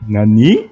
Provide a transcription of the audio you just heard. Nani